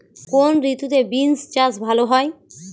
কোন ঋতুতে বিন্স চাষ ভালো হয়?